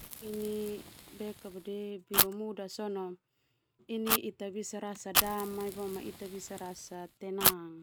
Ini biru muda ita bisa rasa damai boema ita bisa rasa tenang.